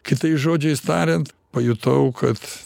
kitais žodžiais tariant pajutau kad